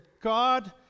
God